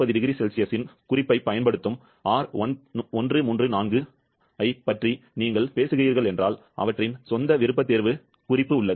−40 0C இன் குறிப்பைப் பயன்படுத்தும் R134a ஐப் பற்றி நீங்கள் பேசுகிறீர்கள் என்றால் அவற்றின் சொந்த விருப்பத்தேர்வு குறிப்பு உள்ளது